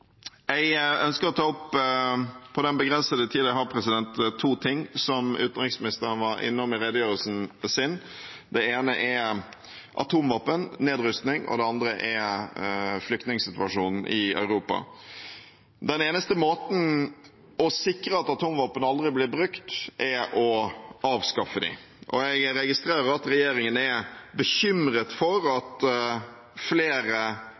På den begrensede tiden jeg har, ønsker jeg å ta opp to ting som utenriksministeren var innom i redegjørelsen sin. Det ene er atomvåpen, nedrustning, og det andre er flyktningsituasjonen i Europa. Den eneste måten for å sikre at atomvåpen aldri blir brukt, er å avskaffe dem. Og jeg registrerer at regjeringen er bekymret for at flere